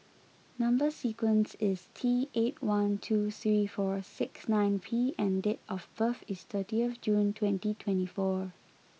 number sequence is T eight one two three four six nine P and date of birth is thirty June twenty twenty four